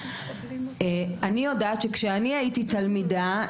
אני יודעת כשאני אני הייתי תלמידה,